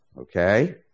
Okay